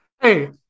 Hey